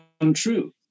untrue